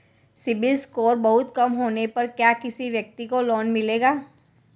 CIBIL score बहुत कम होने पर क्या किसी व्यक्ति को लोंन मिलेगा?